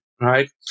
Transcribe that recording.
right